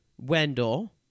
Wendell